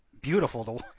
beautiful